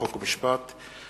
חוק ומשפט,